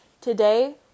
Today